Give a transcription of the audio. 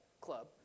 club